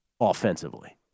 offensively